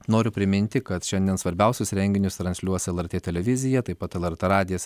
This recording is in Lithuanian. noriu priminti kad šiandien svarbiausius renginius transliuos lrt televizija taip pat lrt radijas